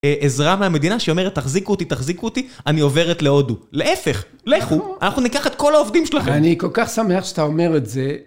א-עזרה מהמדינה שאומרת, תחזיקו אותי, תחזיקו אותי, אני עוברת להודו. להפך, לכו, אנחנו ניקח את כל העובדים שלכם. אני כל כך שמח שאתה אומר את זה,